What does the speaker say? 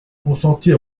consentis